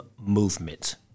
movement